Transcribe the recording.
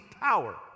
power